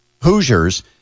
Hoosiers